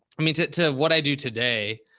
i mean t to what i do today,